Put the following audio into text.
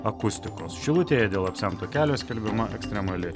akustikos šilutėje dėl apsemto kelio skelbiama ekstremali